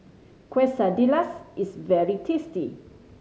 quesadillas is very tasty